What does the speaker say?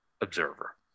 observer